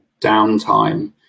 downtime